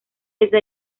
desde